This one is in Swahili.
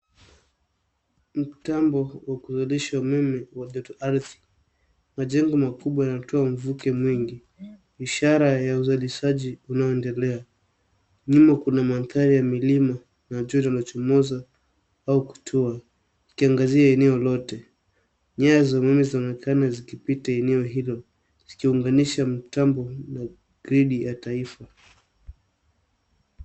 Mtambo wa kuzalisha umeme wa joto ardhi. Majengo makubwa yanatoa mvuke mwingi ishara ya uzalishaji unaoendelea. Nyuma kuna mandhari ya milima na jua linachomoza au kutua likiangazia eneo lote. Nyaya za umeme zinaonekana zikipita eneo hilo zikiunganisha mtambo na gridi ya taifa.